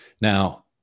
now